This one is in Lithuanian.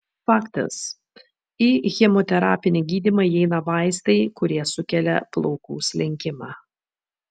faktas į chemoterapinį gydymą įeina vaistai kurie sukelia plaukų slinkimą